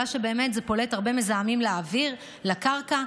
בגלל שבאמת זה פולט הרבה מזהמים לאוויר ולקרקע,